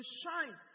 shine